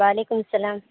وعلیکم السلام